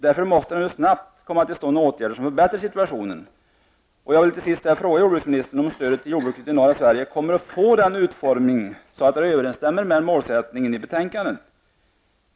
Därför måste åtgärder som förbättrar situationen snabbt vidtas. Jag vill till sist fråga jordbruksministern om stödet till jordbruket i norra Sverige kommer att få en utformning som överensstämmer med målsättningen i betänkandet.